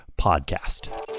podcast